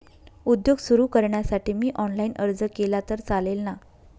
उद्योग सुरु करण्यासाठी मी ऑनलाईन अर्ज केला तर चालेल ना?